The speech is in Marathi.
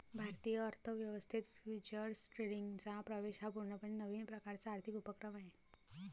भारतीय अर्थ व्यवस्थेत फ्युचर्स ट्रेडिंगचा प्रवेश हा पूर्णपणे नवीन प्रकारचा आर्थिक उपक्रम आहे